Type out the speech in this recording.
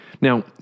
Now